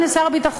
הנה שר הביטחון,